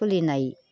खुलिनाय